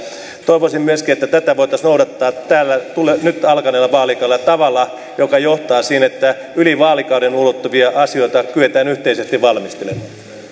toivoisin myöskin että tätä voitaisiin noudattaa täällä nyt alkaneella vaalikaudella tavalla joka johtaa siihen että yli vaalikauden ulottuvia asioita kyetään yhteisesti valmistelemaan